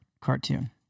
cartoon